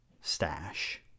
Stash